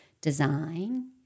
design